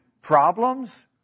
problems